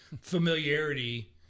familiarity